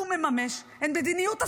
הוא מממש את מדיניות השר.